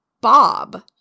Bob